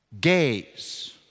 Gaze